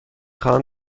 خواهم